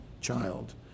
child